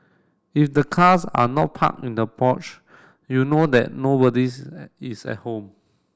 if the cars are not parked in the porch you know that nobody's is at home